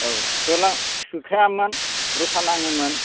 औ थोला थोखायामोन रसा नाङोमोन